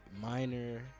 minor